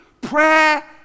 prayer